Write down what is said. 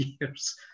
years